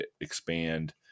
expand